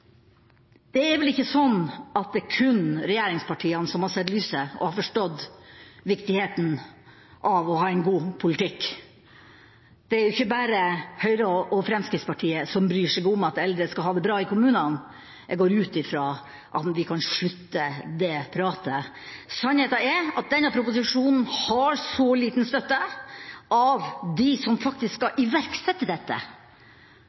Det er vel ikke sånn at det kun er regjeringspartiene som har sett lyset og har forstått viktigheten av å ha en god politikk. Det er ikke bare Høyre og Fremskrittspartiet som bryr seg om at eldre skal ha det bra i kommunene. Jeg går ut fra at de kan slutte med det pratet. Sannheten er at denne proposisjonen har så liten støtte av dem som skal iverksette dette,